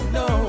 no